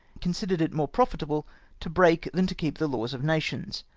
considered it more profitable to break than to keep the laws of nations,